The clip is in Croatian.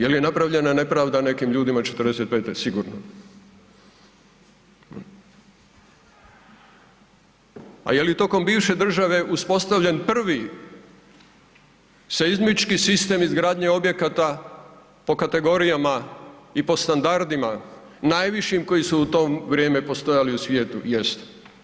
Je li je napravljena nepravda nekim ljudima '45., sigurno, a je li tokom bivše države uspostavljen prvi seizmički sistem izgradnje objekata po kategorijama i po standardima najvišim koji su u to vrijeme postojali u svijetu, jest.